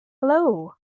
Hello